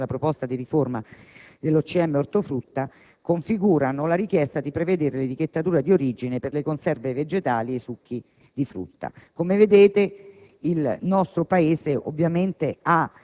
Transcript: il Ministro si prepara a formalizzare in relazione alla proposta di riforma dell'OCM ortofrutta configurano la richiesta di prevedere l'etichettatura di origine per le conserve vegetali e i succhi di frutta.